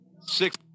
Six